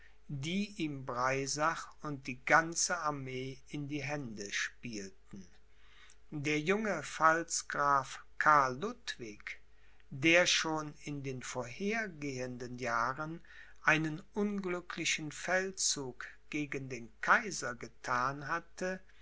die ihm breisach und die ganze armee in die hände spielten der junge pfalzgraf karl ludwig der schon in den vorhergehenden jahren einen unglücklichen feldzug gegen den kaiser gethan hatte